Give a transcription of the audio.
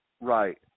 Right